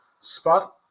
spot